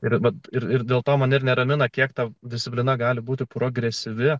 ir ir dėl to man ir neramina kiek tau disciplina gali būti progresyvi